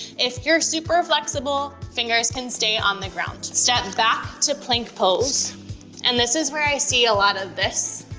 if you're super flexible, fingers can stay on the ground. step back to plank pose and this is where i see a lot of this,